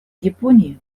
японии